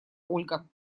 ольга